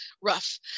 rough